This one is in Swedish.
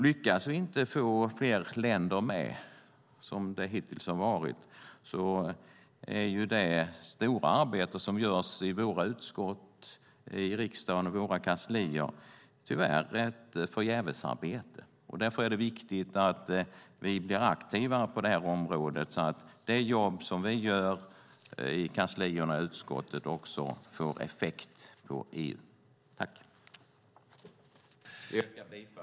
Lyckas vi inte få fler länder med oss än hittills är det stora arbete som görs i våra utskott och kanslier i riksdagen tyvärr förgäves. Därför är det viktigt att vi blir aktivare på området så att det jobb vi gör i kanslierna och utskotten också får effekt på EU. Jag ställer mig bakom utskottets anmälan.